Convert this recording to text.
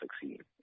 succeed